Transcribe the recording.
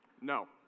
No